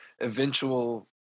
eventual